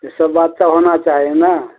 ई सब बात तऽ सब होना चाही ने